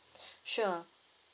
sure